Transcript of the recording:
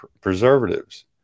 preservatives